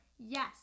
yes